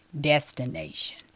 destination